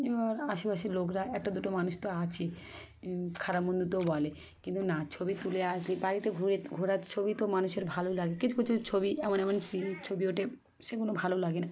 এবার আশেপাশের লোকরা একটা দুটো মানুষ তো আছেই খারাপ মন্দ তো বলে কিন্তু না ছবি তুলে আসলে বাড়িতে ঘুরে ঘোরার ছবি তো মানুষের ভালো লাগে কিছু কিছু ছবি এমন এমন সিন ছবি ওঠে সেগুলো ভালো লাগে না